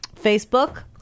Facebook